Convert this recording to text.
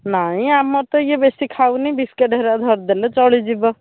ନାଇଁ ଆମର ତ ଇଏ ବେଶୀ ଖାଉନି ବିସ୍କୁଟ୍ ହେରିକା ଧରିଦେଲେ ଚଳିଯିବ